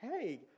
hey